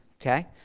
okay